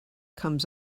comes